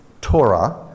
Torah